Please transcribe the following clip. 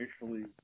initially